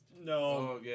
No